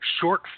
short